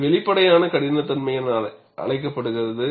இது வெளிப்படையான கடினத்தன்மை என அழைக்கப்படுகிறது